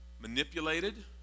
manipulated